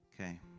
Okay